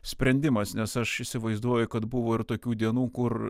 sprendimas nes aš įsivaizduoju kad buvo ir tokių dienų kur